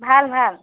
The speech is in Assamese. ভাল ভাল